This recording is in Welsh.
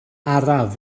araf